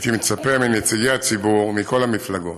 הייתי מצפה מנציגי הציבור, מכל המפלגות,